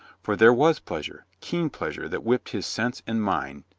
for there was pleasure, keen pleasure that whipped his sense and mind,